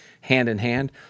hand-in-hand